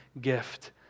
gift